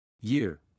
Year